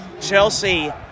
Chelsea